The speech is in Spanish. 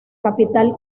capital